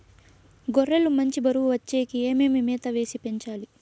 గొర్రె లు మంచి బరువు వచ్చేకి ఏమేమి మేత వేసి పెంచాలి?